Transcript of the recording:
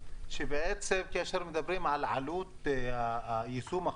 כשאנחנו מדברים על עלות יישום החוק,